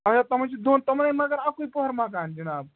اچھا تِمَن چھِ دۄن تٕمن ۂے مگر اَکُے پُہَر مَکان جِناب